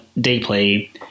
deeply